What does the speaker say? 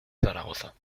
zaragoza